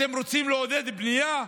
אתם רוצים לעודד בנייה?